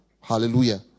hallelujah